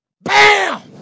bam